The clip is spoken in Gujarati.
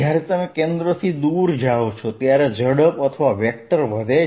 જ્યારે તમે કેન્દ્રથી દૂર જાઓ છો ત્યારે ઝડપ અથવા વેક્ટર વધે છે